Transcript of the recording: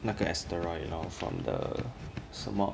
那个 asteroid lor from the 什么